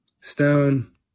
Stone